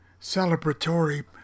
celebratory